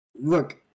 Look